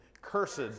cursed